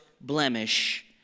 blemish